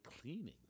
cleaning